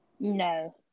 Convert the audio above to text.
No